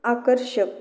आकर्षक